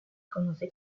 conoce